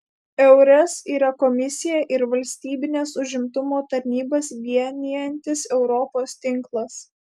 eures yra komisiją ir valstybines užimtumo tarnybas vienijantis europos tinklas